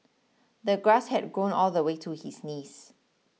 the grass had grown all the way to his knees